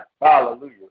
Hallelujah